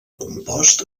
compost